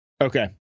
Okay